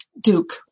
Duke